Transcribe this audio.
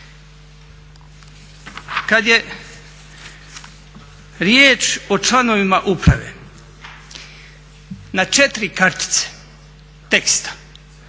Kad je riječ o članovima uprave, na 4 kartice teksta